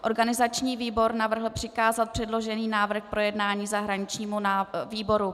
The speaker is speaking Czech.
Organizační výbor navrhl přikázat předložený návrh k projednání zahraničnímu výboru.